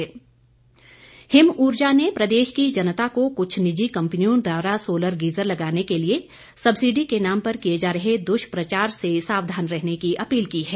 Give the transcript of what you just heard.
him Urja Him Urja ने प्रदेश की जनता को कुछ निजी कंपनियों द्वारा सोलर गीजर लगाने के लिए सब्सिडी के नाम पर किए जा रहे दुष्प्रचार से सावधान रहने की अपील की है